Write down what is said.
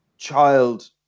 child